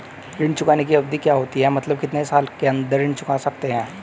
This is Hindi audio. ऋण चुकाने की अवधि क्या होती है मतलब कितने साल के अंदर ऋण चुका सकते हैं?